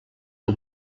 que